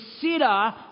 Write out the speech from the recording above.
consider